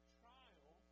trial